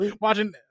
watching